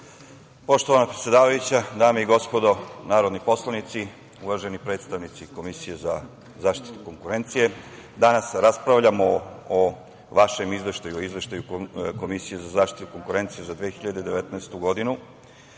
Poštovana predsedavajuća, dame i gospodo narodni poslanici, uvaženi predstavnici Komisije za zaštitu konkurencije, danas raspravljamo o vašem izveštaju, o Iizveštaju Komisije za zaštitu konkurencije za 2019.